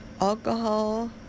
alcohol